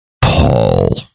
Paul